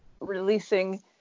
releasing